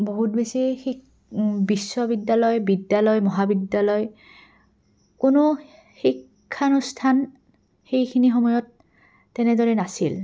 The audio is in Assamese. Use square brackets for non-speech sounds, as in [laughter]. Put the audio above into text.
বহুত বেছি [unintelligible] বিশ্ববিদ্যালয় বিদ্যালয় মহাবিদ্যালয় কোনো শিক্ষানুষ্ঠান সেইখিনি সময়ত তেনেদৰে নাছিল